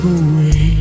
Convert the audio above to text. away